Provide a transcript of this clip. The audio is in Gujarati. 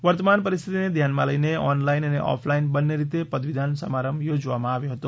વર્તમાન પરિસ્થિતિને ધ્યાનમાં લઇને ઓનલાઇન અને ઓફલાઇન બંને રીતે પદવીદાન સમારંભ યોજવામાં આવ્યો હતો